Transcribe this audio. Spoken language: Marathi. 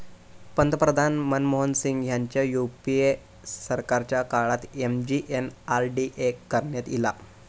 पंतप्रधान मनमोहन सिंग ह्यांच्या यूपीए सरकारच्या काळात एम.जी.एन.आर.डी.ए करण्यात ईला